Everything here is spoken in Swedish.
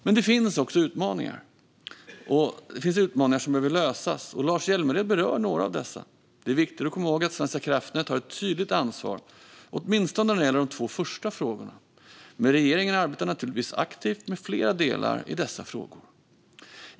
Men det finns också utmaningar som behöver lösas, och Lars Hjälmered berör några av dessa. Det är viktigt att komma ihåg att Svenska kraftnät har ett tydligt ansvar åtminstone när det gäller de två första frågorna, men regeringen arbetar naturligtvis aktivt med flera delar i dessa frågor.